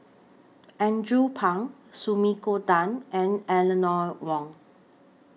Andrew Phang Sumiko Tan and Eleanor Wong